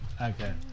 Okay